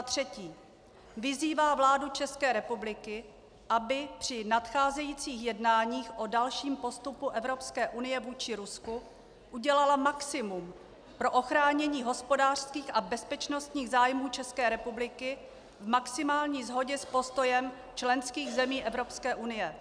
3. vyzývá vládu České republiky, aby při nadcházejících jednáních o dalším postupu Evropské unie vůči Rusku udělala maximum pro ochránění hospodářských a bezpečnostních zájmů České republiky v maximální shodě s postojem členských zemí Evropské unie,